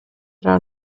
are